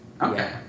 Okay